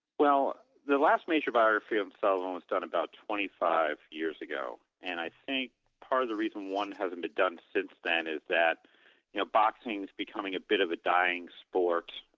well, the last major biography of sullivan was done about twenty five years ago. and i think part of the reason one hasn't been done since then is that you know boxing is becoming a bit of a dying sport.